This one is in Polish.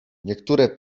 niektóre